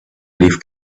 leaf